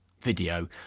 video